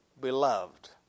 beloved